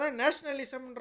nationalism